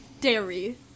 dairy